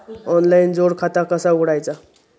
Online जोड खाता कसा उघडायचा?